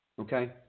Okay